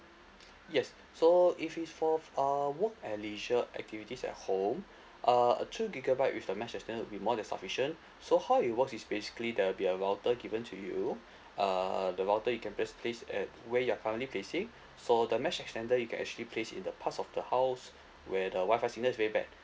yes so if it's for for uh work and leisure activities at home uh a two gigabyte with a mesh extender will be more than sufficient so how it works is basically there will be a router given to you uh the router it can best place at where you are currently facing so the mesh extender you can actually place in the parts of the house where the WI-FI signal is very bad